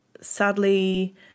sadly